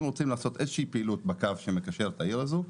אם רוצים לעשות איזושהי פעילות בקו שמקשר לעיר הזאת,